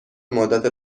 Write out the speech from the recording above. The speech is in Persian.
مدت